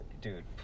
dude